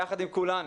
יחד עם כולנו,